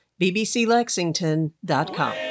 bbclexington.com